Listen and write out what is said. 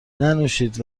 ننوشید